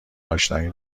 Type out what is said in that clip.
آشنایی